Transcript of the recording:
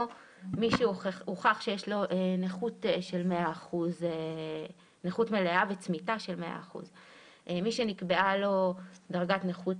מי שהוכח שיש לו נכות מלאה וצמיתה של 100%. מי שנקבעה לו דרגת נכות